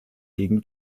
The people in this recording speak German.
gegen